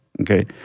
okay